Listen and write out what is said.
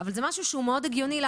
אבל זה משהו מאוד הגיוני,